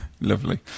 Lovely